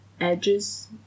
edges